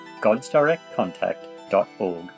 godsdirectcontact.org